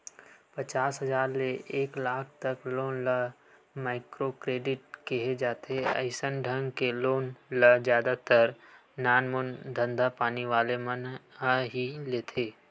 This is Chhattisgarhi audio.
पचास हजार ले एक लाख तक लोन ल माइक्रो क्रेडिट केहे जाथे अइसन ढंग के लोन ल जादा तर नानमून धंधापानी वाले मन ह ही लेथे